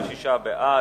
26 בעד,